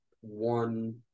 one